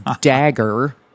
Dagger